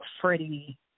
Freddie